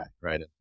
right